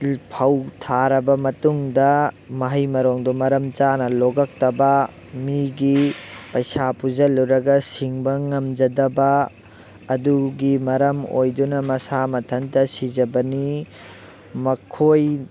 ꯐꯧ ꯊꯥꯔꯕ ꯃꯇꯨꯡꯗ ꯃꯍꯩ ꯃꯔꯣꯡꯗꯣ ꯃꯔꯝ ꯆꯥꯅ ꯂꯣꯛꯂꯛꯇꯕ ꯃꯤꯒꯤ ꯄꯩꯁꯥ ꯄꯨꯁꯤꯜꯂꯨꯔꯒ ꯁꯤꯡꯕ ꯉꯝꯗꯖꯕ ꯑꯗꯨꯒꯤ ꯃꯔꯝ ꯑꯣꯏꯗꯨꯅ ꯃꯁꯥ ꯃꯊꯟꯇ ꯁꯤꯖꯕꯅꯤ ꯃꯈꯣꯏ